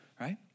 right